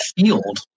field